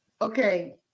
okay